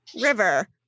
River